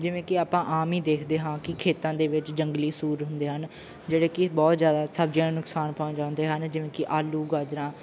ਜਿਵੇਂ ਕਿ ਆਪਾਂ ਆਮ ਹੀ ਦੇਖਦੇ ਹਾਂ ਕਿ ਖੇਤਾਂ ਦੇ ਵਿੱਚ ਜੰਗਲੀ ਸੂਰ ਹੁੰਦੇ ਹਨ ਜਿਹੜੇ ਕਿ ਬਹੁਤ ਜ਼ਿਆਦਾ ਸਬਜ਼ੀਆਂ ਨੂੰ ਨੁਕਸਾਨ ਪਹੁੰਚਾਉਂਦੇ ਹਨ ਜਿਵੇਂ ਕਿ ਆਲੂ ਗਾਜਰਾਂ